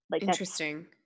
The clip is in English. Interesting